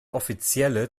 offizielle